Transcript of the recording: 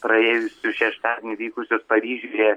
praėjusį šeštadienį vykusius paryžiuje